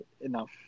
enough